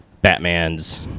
Batman's